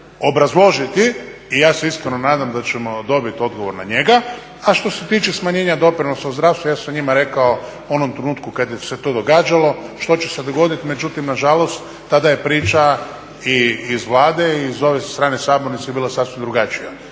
obrazložiti i ja se iskreno nadam da ćemo dobiti odgovor na njega. A što se tiče smanjenja doprinosa u zdravstvu ja sam njima rekao u onom trenutku kad se to događalo što će se dogoditi, međutim nažalost tada je priča i iz Vlade i sa ove strane sabornice bila sasvim drugačija.